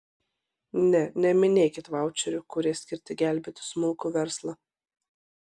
ne neminėkit vaučerių kurie skirti gelbėti smulkų verslą